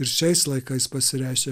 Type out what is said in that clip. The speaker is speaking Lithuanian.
ir šiais laikais pasireiškia